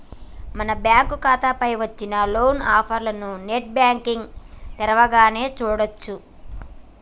మన బ్యాంకు ఖాతా పైన వచ్చిన లోన్ ఆఫర్లను నెట్ బ్యాంకింగ్ తరవంగానే చూడొచ్చు